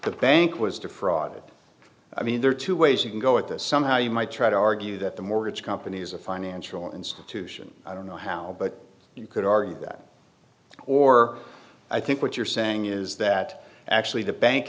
the bank was defrauded i mean there are two ways you can go at this somehow you might try to argue that the mortgage company is a financial institution i don't know how but you could argue that or i think what you're saying is that actually the bank